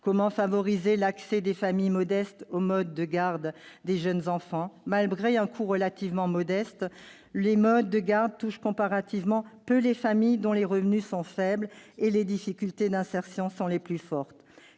Comment favoriser l'accès des familles modestes aux modes de garde des jeunes enfants ? Malgré un coût relativement modeste, les modes de garde profitent comparativement peu aux familles dont les revenus sont faibles et dont les difficultés d'insertion les plus fortes.